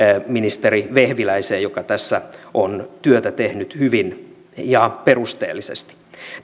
ministeri vehviläiseen joka tässä on työtä tehnyt hyvin ja perusteellisesti